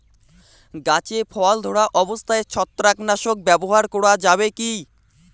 গাছে ফল ধরা অবস্থায় ছত্রাকনাশক ব্যবহার করা যাবে কী?